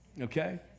Okay